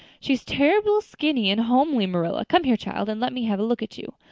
she's terrible skinny and homely, marilla. come here, child, and let me have a look at you.